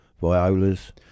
violas